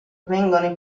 vengono